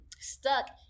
stuck